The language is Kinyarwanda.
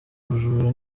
ubujura